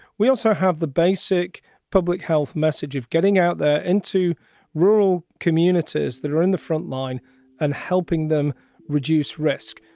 we also have the basic public health message of getting out there into rural communities that are in the frontline and helping them reduce risk,